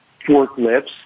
forklifts